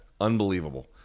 Unbelievable